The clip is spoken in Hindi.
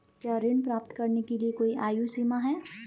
क्या ऋण प्राप्त करने के लिए कोई आयु सीमा है?